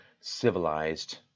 civilized